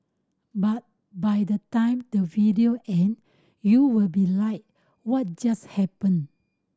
but by the time the video end you'll be like what just happened